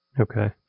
Okay